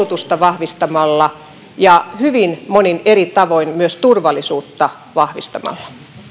koulutusta vahvistamalla ja hyvin monin eri tavoin myös turvallisuutta vahvistamalla